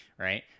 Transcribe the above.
Right